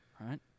right